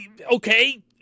Okay